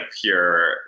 pure